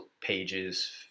pages